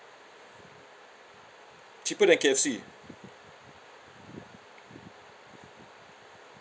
cheaper than K_F_C